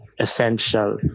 essential